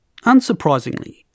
Unsurprisingly